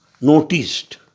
noticed